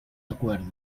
acuerdo